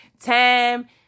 Time